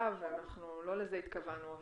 מאליו ולא לזה התכוונו.